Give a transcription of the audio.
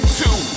two